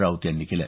राऊत यांनी केलं